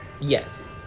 Yes